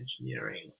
engineering